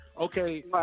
Okay